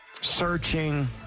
searching